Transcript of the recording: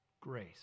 Grace